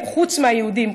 חוץ מהיהודים,